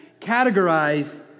categorize